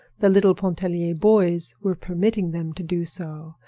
the little pontellier boys were permitting them to do so,